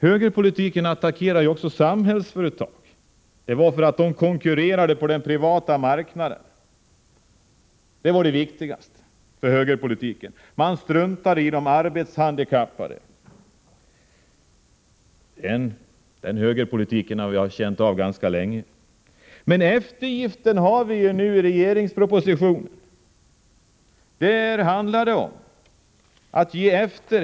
Högerpolitiken attackerar också Samhällsföretag för att man konkurrerar på den privata marknaden — detta var det viktigaste. Man struntade i de arbetshandikappade. Denna högerpolitik har vi känt av ganska länge, men nu kommer eftergifter i regeringspropositionen. Där handlar det om att hela tiden ge efter.